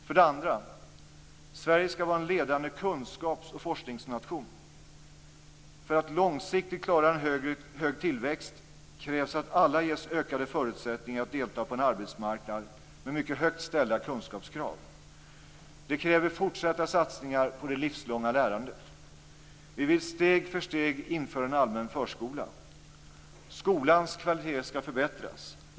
För det andra: Sverige skall vara en ledande kunskaps och forskningsnation. För att långsiktigt klara en hög tillväxt krävs att alla ges ökade förutsättningar att delta på en arbetsmarknad med mycket högt ställda kunskapskrav. Det kräver fortsatta satsningar på det livslånga lärandet. Vi vill steg för steg införa en allmän förskola. Skolans kvaliteter skall förbättras.